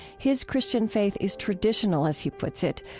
his christian faith is traditional, as he puts it,